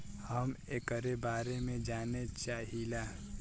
हम एकरे बारे मे जाने चाहीला?